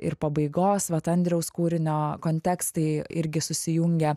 ir pabaigos vat andriaus kūrinio kontekstai irgi susijungia